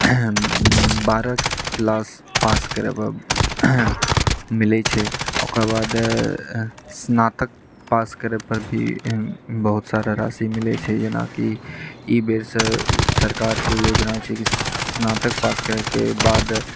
बारह class pass मिलैत छै ओकर बाद स्नातक पास करै पर भी बहुत सारा राशि मिलैत छै जेनाकि ई बेरसँ सरकारके योजना छै कि स्नातक पास करैके बाद